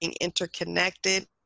interconnected